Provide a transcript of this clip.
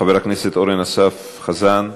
חבר הכנסת אורן אסף חזן,